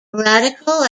radical